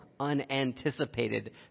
unanticipated